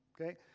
Okay